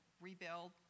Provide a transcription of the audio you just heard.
rebuild